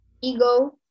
ego